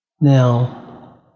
Now